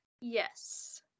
Yes